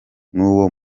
n’uwo